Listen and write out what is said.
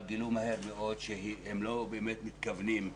אבל הם גילו מהר מאוד שהם לא באמת מתכוונים,